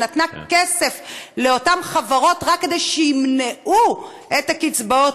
שנתנה כסף לאותן חברות רק כדי שימנעו את הקצבאות,